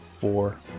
four